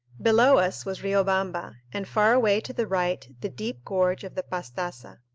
below us was riobamba, and far away to the right the deep gorge of the pastassa.